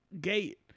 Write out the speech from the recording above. gate